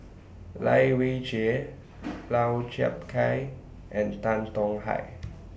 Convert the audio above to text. Lai Weijie Lau Chiap Khai and Tan Tong Hye